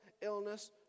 illness